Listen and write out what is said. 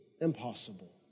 impossible